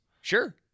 Sure